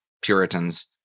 Puritans